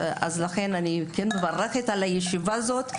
לכן אני מברכת על הישיבה הזאת,